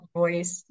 voice